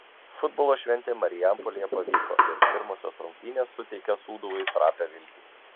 futbolo šventė marijampolėje pavyko ir pirmosios rungtynės suteikia sūduvai trapią viltį